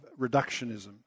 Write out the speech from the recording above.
reductionism